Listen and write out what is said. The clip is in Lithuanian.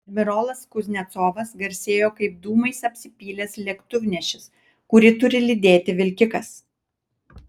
admirolas kuznecovas garsėjo kaip dūmais apsipylęs lėktuvnešis kurį turi lydėti vilkikas